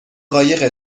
قایق